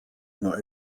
nur